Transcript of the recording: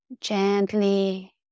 gently